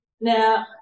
Now